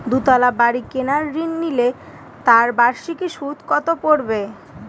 দুতলা বাড়ী কেনার ঋণ নিলে তার বার্ষিক সুদ কত পড়বে?